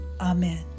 amen